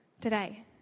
today